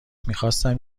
میخواستم